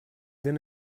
then